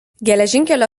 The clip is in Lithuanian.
geležinkelio